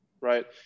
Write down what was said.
right